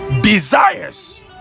desires